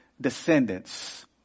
descendants